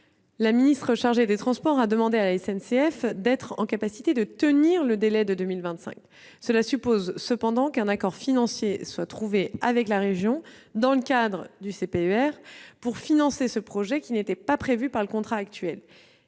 La ministre chargée des transports a demandé à la SNCF d'être en mesure de tenir le délai de 2025. Cela suppose cependant qu'un accord financier soit trouvé avec la région dans le cadre du contrat de plan État-région pour financer ce projet qui n'était pas prévu par celui-ci.